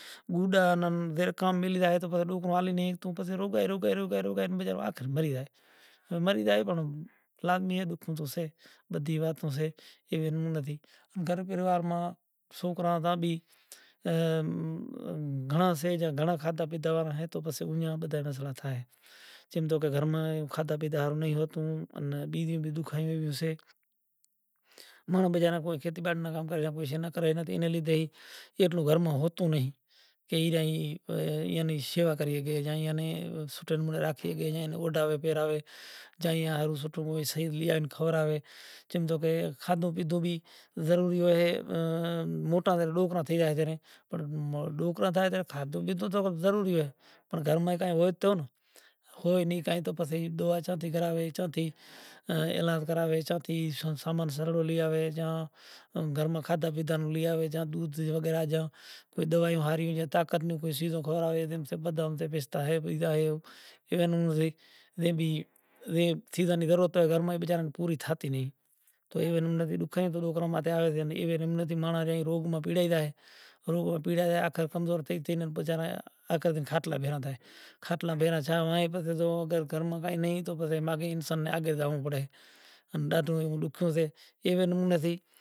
آن پوہتا نوں سوکراں انی دنیا ماں ایک ئی سوکرو سے ای بھی ویسی پوہتا نیں تارا ڈی رانڑی ویسائی سی رازا ہریچند ویسائی سے راجا ہریچند نوں زا رے ویسائیسے تو ایک مسانڑاں ماں ایئاں نوں مانڑو باڑنوا نوں کاریو ملے شے زا رے بھگوان نی قدرت ویسائے وشوامنتر نوں ایک سو ایک کوڑی دان کرے لاشے وشوا متر کیدہو کہ کیتلو تماں ماں ست سے پانڑ ویسائے گیو پوہتاں نی ناری ویسائی نی پوہتاں نوں ڈیکرو ویسائے لاشو پنڑ ست ناں ویسیو ہوے ست میلہاں ہاروں کرے کیوو زتن کروں تیں تاں آپ نو ست ویچے آوے تو وشوامنتر کھیل کرے سے زارے رہہی داس ایک مالہی مالہی نی ہات ویسائیسے مالہی اینے کہیو زے اینا کنیں ویسائیسے تو روہیدساس مالی کن کام کرے سے تو کام کرتا کرتا وشوامنتر کھیل کرے سے اینے نانگ ڈنئیں زائیسے زارے نانگ ڈانگی زائے تو مالہی ایئے ناں تڑپتو زوئی ان ڈیا آوی زائیسے من ماں